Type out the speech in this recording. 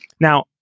Now